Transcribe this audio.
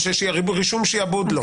או רישום שעבוד לא?